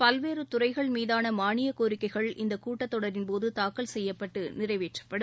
பல்வேறு துறைகள் மீதான மாளியக் கோரிக்கைகள் இந்தக் கூட்டத் தொடரின் போது தாக்கல் செய்யப்பட்டு நிறைவேற்றப்படும்